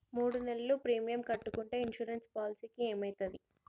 మూడు నెలలు ప్రీమియం కట్టకుంటే ఇన్సూరెన్స్ పాలసీకి ఏమైతది?